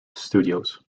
studios